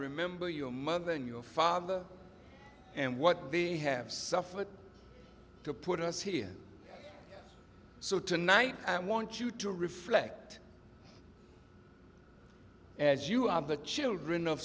remember your mother and your father and what they have suffered to put us here so tonight i want you to reflect as you are the children